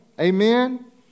Amen